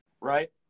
right